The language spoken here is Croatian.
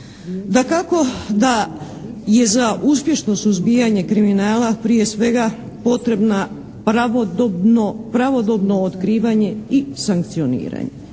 Dakako da je za uspješno suzbijanje kriminala prije svega potrebna pravodobno otkrivanje i sankcioniranje.